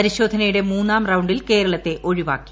പരിശോധനയുടെ മൂന്നാം റൌണ്ടിൽ കേരളത്തെ ഒഴിവാക്കി